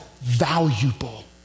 valuable